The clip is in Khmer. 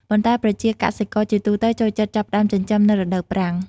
ប៉ុន្តែប្រជាកសិករជាទូទៅចូលចិត្តចាប់ផ្ដើមចិញ្ចឹមនៅ រដូវប្រាំង។